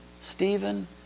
Stephen